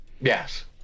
Yes